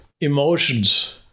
emotions